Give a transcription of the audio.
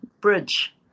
bridge